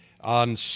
on